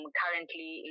currently